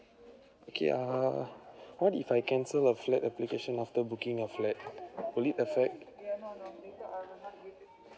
okay err what if I cancel a flat application of the booking of flat will it affect